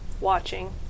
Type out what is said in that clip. watching